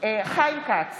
חיים כץ,